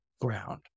ground